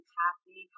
happy